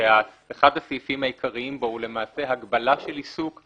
שאחד הסעיפים העיקריים בו הוא למעשה הגבלה של עיסוק,